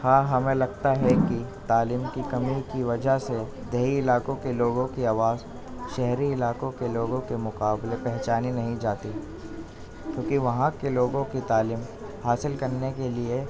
ہاں ہمیں لگتا ہے کہ تعلیم کی کمی کی وجہ سے دیہی علاقوں کے لوگوں کی آواز شہری علاقوں کے لوگوں کے مقابلے پہچانی نہیں جاتی کیوں کہ وہاں کے لوگوں کی تعلیم حاصل کرنے کے لیے